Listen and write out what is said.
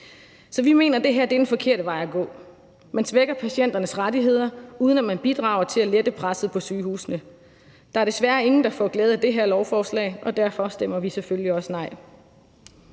Så vi mener, at det her er den forkerte vej at gå. Man svækker patienternes rettigheder, uden at man bidrager til at lette presset på sygehusene. Der er desværre ingen, der får glæde af det her lovforslag, og derfor stemmer vi selvfølgelig også nej.